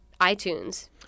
iTunes